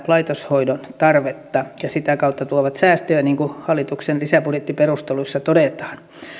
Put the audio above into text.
laitoshoidon tarvetta ja sitä kautta tuovat säästöjä niin kuin hallituksen lisäbudjettiperusteluissa todetaan